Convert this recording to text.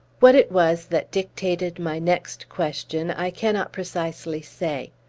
what it was that dictated my next question, i cannot precisely say.